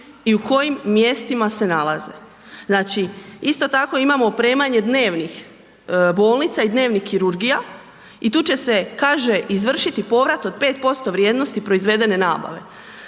i u kojim mjestima se nalaze. Znači isto tako imamo opremanje dnevnih bolnica i dnevnih kirurgija i tu će se kaže izvršiti povrat od 5% vrijednosti provedene nabave.